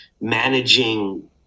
managing